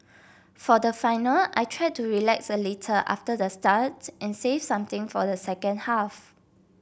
for the final I tried to relax a little after the start and save something for the second half